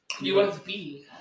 USB